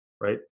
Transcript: right